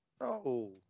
No